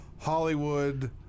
Hollywood